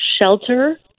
shelter